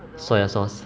soy sauce